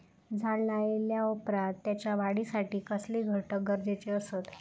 झाड लायल्या ओप्रात त्याच्या वाढीसाठी कसले घटक गरजेचे असत?